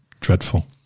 dreadful